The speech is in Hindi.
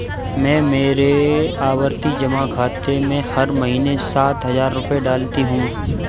मैं मेरे आवर्ती जमा खाते में हर महीने सात हजार रुपए डालती हूँ